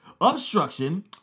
obstruction